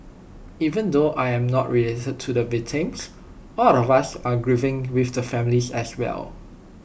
even though I am not related to the victims all of us are grieving with the families as well